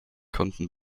konnten